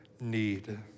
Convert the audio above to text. need